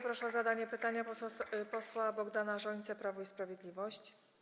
Proszę o zadanie pytania posła Bogdana Rzońcę, Prawo i Sprawiedliwość.